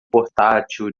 portátil